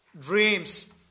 dreams